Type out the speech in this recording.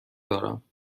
دارم